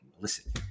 Listen